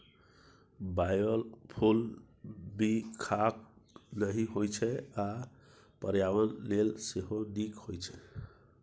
biofuel बिखाह नहि होइ छै आ पर्यावरण लेल सेहो नीक होइ छै